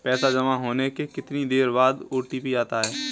पैसा जमा होने के कितनी देर बाद ओ.टी.पी आता है?